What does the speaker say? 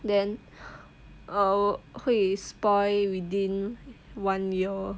then uh 会 spoil within one year